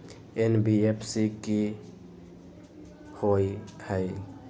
NBFC कि होअ हई?